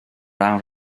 awr